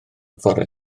fore